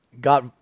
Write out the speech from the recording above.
got